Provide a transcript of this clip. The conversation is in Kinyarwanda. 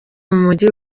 mujyi